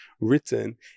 written